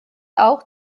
auch